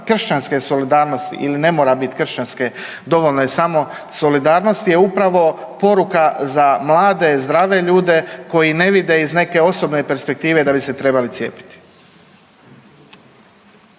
kršćanske solidarnosti ili ne mora biti kršćanske, dovoljno je samo solidarnost je upravo poruka za mlade, zdrave ljude koji ne vide iz neke osobne perspektive da bi se trebali cijepiti.